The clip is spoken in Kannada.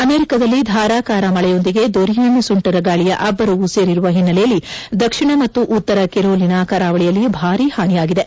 ಅಮೆರಿಕದಲ್ಲಿ ಧಾರಾಕಾರ ಮಳೆಯೊಂದಿಗೆ ದೊರಿಯನ್ ಸುಂಟರಗಾಳಿಯ ಅಬ್ಬರವೂ ಸೇರಿರುವ ಹಿನ್ನೆಲೆಯಲ್ಲಿ ದಕ್ಷಿಣ ಮತ್ತು ಉತ್ತರ ಕೆರೊಲಿನಾ ಕರಾವಳಿಯಲ್ಲಿ ಭಾರಿ ಹಾನಿಯಾಗಿದೆ